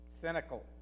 cynical